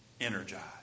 energized